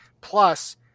Plus